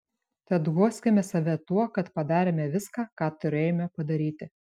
tad guoskime save tuo kad padarėme viską ką turėjome padaryti